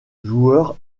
joueurs